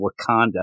Wakanda